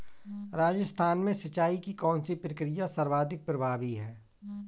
राजस्थान में सिंचाई की कौनसी प्रक्रिया सर्वाधिक प्रभावी है?